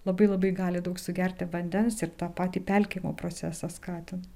labai labai gali daug sugerti vandens ir tą patį pelkimo procesą skatint